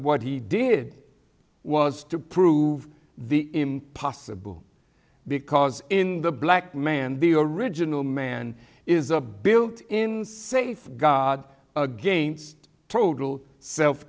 what he did was to prove the impossible because in the black man the original man is a built in safeguard against total self